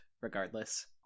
regardless